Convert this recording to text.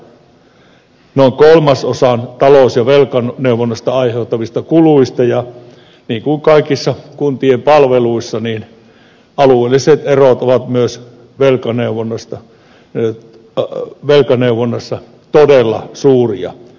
kunnat rahoittavat noin kolmasosan talous ja velkaneuvonnasta aiheutuvista kuluista ja niin kuin kaikissa kuntien palveluissa alueelliset erot ovat myös velkaneuvonnassa todella suuria